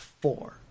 four